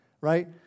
right